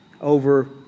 over